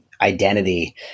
identity